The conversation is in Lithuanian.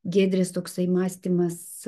giedrės toksai mąstymas